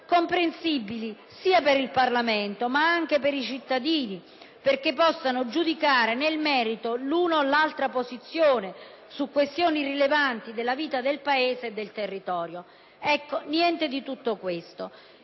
comprensibili sia per il Parlamento che per i cittadini, affinché questi possano giudicare nel merito l'una o l'altra posizione su questioni rilevanti della vita del Paese e del territorio. Ecco, non viene fatto niente